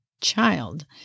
child